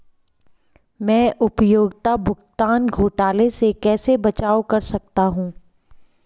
मैं उपयोगिता भुगतान घोटालों से कैसे बचाव कर सकता हूँ?